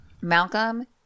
Malcolm